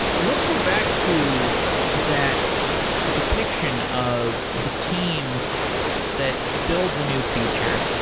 let's go back to that depiction of the team that builds a new feature.